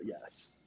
yes